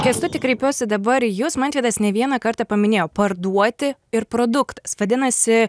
kęstuti kreipiuosi dabar į jus mantvidas ne vieną kartą paminėjo parduoti ir produktas vadinasi